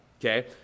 okay